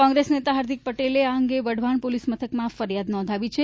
કોંગ્રેસ નેતા હાર્દિક પટેલે આ અંગે વઢવાણ પોલીસ મથકમાં ફરિયાદ નોંધાવી છે